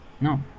No